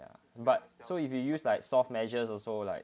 ya but so if you use like soft measures also like